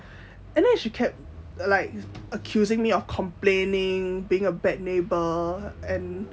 and then she kept like accusing me of complaining being a bad neighbour and